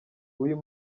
uyu